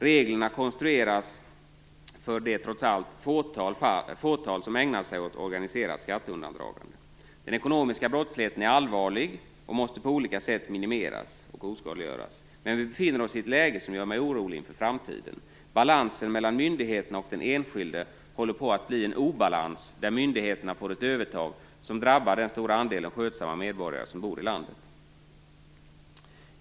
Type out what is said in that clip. Reglerna konstrueras för det, trots allt, fåtal som ägnar sig åt organiserat skatteundandragande. Den ekonomiska brottsligheten är allvarlig och måste på olika sätt minimeras och oskadliggöras. Men vi befinner oss i ett läge som gör mig orolig inför framtiden. Balansen mellan myndigheterna och den enskilde håller på att bli en obalans där myndigheterna får ett övertag som drabbar den stora andelen skötsamma medborgare som bor i landet.